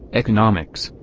economics,